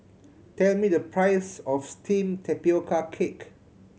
tell me the price of steamed tapioca cake